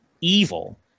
evil